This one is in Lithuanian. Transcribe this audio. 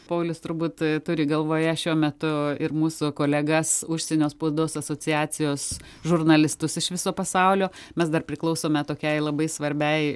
paulius turbūt turi galvoje šiuo metu ir mūsų kolegas užsienio spaudos asociacijos žurnalistus iš viso pasaulio mes dar priklausome tokiai labai svarbiai